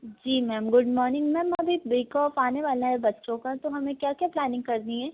जी ma'am good morning ma'am अभी break off आने वाला है बच्चों का तो हमें क्या क्या प्लानिंग करनी है